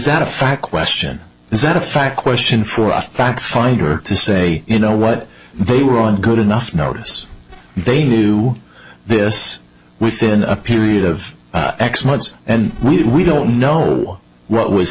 that a fact question is that a fact question for a fact finder to say you know what they were in good enough notice they knew this within a period of x months and we don't know what was